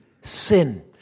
sin